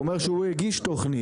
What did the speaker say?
הוא אומר שהוא הגיש תכנית,